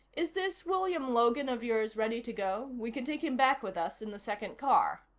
is this william logan of yours ready to go? we can take him back with us in the second car.